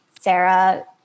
Sarah